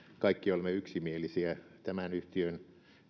kaikki olemme yksimielisiä tämän yhtiön